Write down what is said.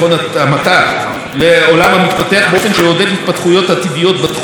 לעולם המתפתח באופן שיעודד התפתחויות עתידיות בתחום אמצעי התשלום